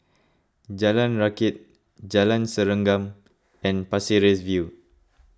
Jalan Rakit Jalan Serengam and Pasir Ris View